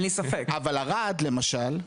אבל ערד למשל,